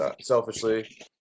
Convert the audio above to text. selfishly